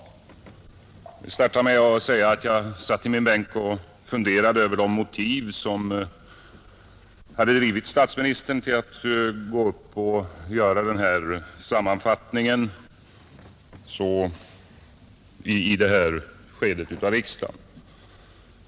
Får jag börja med att säga att jag satt i min bänk och funderade över de motiv som hade drivit statsministern till att gå upp och göra en sammanfattning i det här skedet av riksdagen.